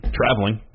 traveling